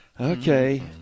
Okay